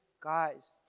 guys